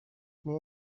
میای